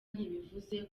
ntibivuze